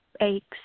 aches